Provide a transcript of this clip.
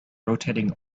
rotating